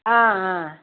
ஆ அ